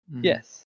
Yes